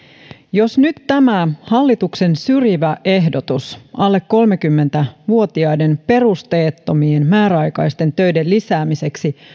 jos nyt tämä hallituksen syrjivä ehdotus alle kolmekymmentä vuotiaiden perusteettomien määräaikaisten töiden lisäämiseksi